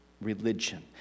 religion